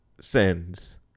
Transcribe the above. sends